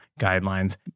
guidelines